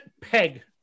peg